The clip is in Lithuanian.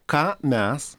ką mes